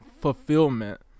fulfillment